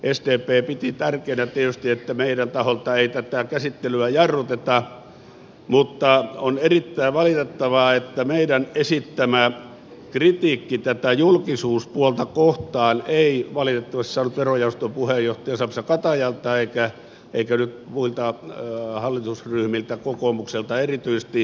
sdp piti tärkeänä tietysti että meidän taholtamme ei tätä käsittelyä jarruteta mutta on erittäin valitettavaa että meidän esittämä kritiikki tätä julkisuuspuolta kohtaan ei valitettavasti saanut verojaoston puheenjohtaja sampsa katajalta eikä muilta hallitusryhmiltä kokoomukselta erityisesti ymmärtämystä